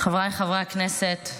חבריי חברי הכנסת,